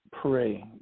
pray